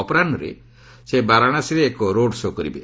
ଅପରାହୁରେ ସେ ବାରାଣାସୀରେ ଏକ ରୋଡ୍ ଶୋ' କରିବେ